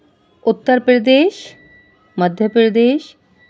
Uttar Pradesh Madhya Pradesh